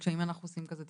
אם אנחנו עושים כזה תיקון?